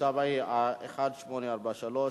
מה העלתה החקירה עד כה?